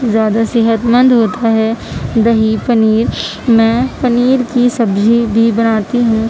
زیادہ صحت مند ہوتا ہے دہی پنیر میں پنیر کی سبزی بھی بناتی ہوں